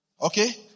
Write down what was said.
Okay